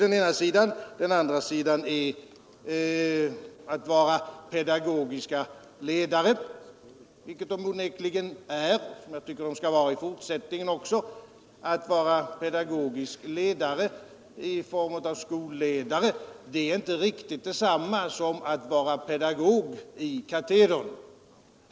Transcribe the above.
Den andra sidan är deras uppgift att vara pedagogiska ledare — vilket de onekligen är och skall vara i fortsättningen också. Att vara pedagogisk ledare i form av skolledare är inte riktigt detsamma som att vara pedagog i katedern.